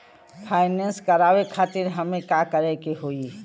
Finance करावे खातिर हमें का करे के होई?